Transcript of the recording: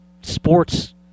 sports